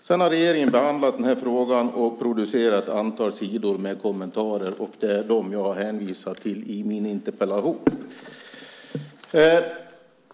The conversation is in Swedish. Sedan har regeringen behandlat frågan och producerat ett antal sidor med kommentarer. Det är dem jag har hänvisat till i min interpellation.